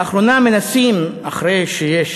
לאחרונה מנסים, אחרי שיש